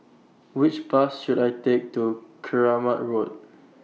Which Bus should I Take to Keramat Road